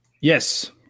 Yes